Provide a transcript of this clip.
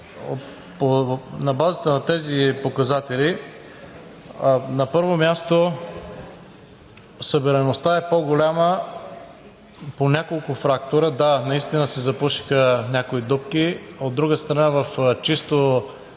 На базата на тези показатели, на първо място, събираемостта е по-голяма по няколко фактора. Да, наистина се запушиха някои дупки. От друга страна, в чисто